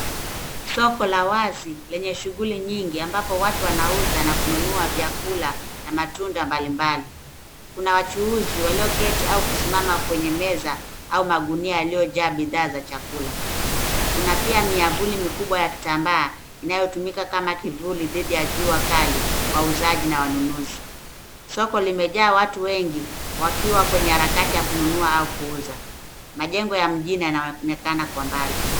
Soko la wazi lenye shughuli nyingi ambapo watu wanauza na kununua vyakula na matunda mbalimbali ,kuna wachuuzi walioketi au kusimama kwenye meza au magunia yaliyojaa bidhaa za chakula, kuna pia miavuli mikubwa ya kitambaa inayotumika kama kivuli dhidi ya jua kali wauzaji na wanunuzi. soko limejaa watu wengi wakiwa kwenye harakati ya kununua kuuza majengo ya mjini yanaonekana kwa mbali.